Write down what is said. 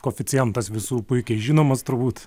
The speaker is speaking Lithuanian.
koeficientas visų puikiai žinomas turbūt